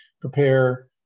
prepare